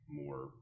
more